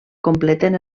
completen